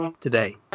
today